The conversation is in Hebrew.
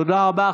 תודה רבה.